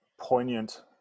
poignant